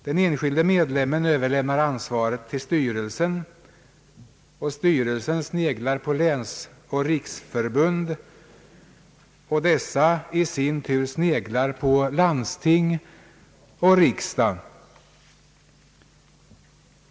Den enskilde medlemmen överlämnar ansvaret till styrelsen, styrelsen sneglar på länsoch riksförbund och dessa i sin tur sneglar på landsting och riksdag.